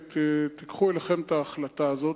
קחו אליכם את ההחלטה הזאת,